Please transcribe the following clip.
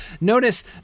Notice